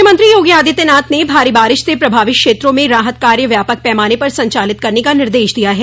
मुख्यमंत्री योगी आदित्यनाथ ने भारी बारिश से प्रभावित क्षेत्रों में राहत कार्य व्यापक पैमाने पर संचालित करने का निर्देश दिया है